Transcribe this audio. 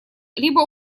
либо